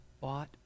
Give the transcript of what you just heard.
bought